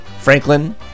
Franklin